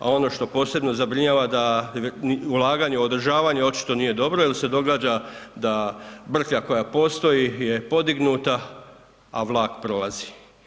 A ono što posebno zabrinjava da ulaganje i održavanje očito nije dobro jel se događa da brklja koja postoji je podignuta, a vlak prolazi.